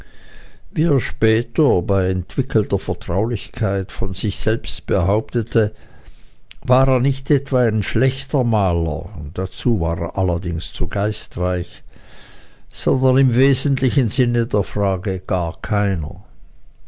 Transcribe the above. er später bei entwickelter vertraulichkeit von sich selbst behauptete war er nicht etwa ein schlechter maler dazu war er allerdings zu geistreich sondern im wesentlichen sinne der frage gar keiner